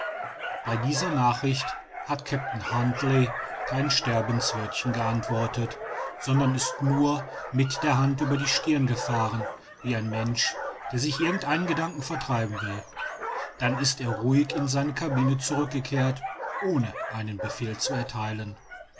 bei dieser nachricht hat kapitän huntly kein sterbenswörtchen geantwortet sondern ist nur mit der hand über die stirn gefahren wie ein mensch der sich irgend einen gedanken vertreiben will dann ist er ruhig in seine cabine zurückgekehrt ohne einen befehl zu ertheilen